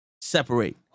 separate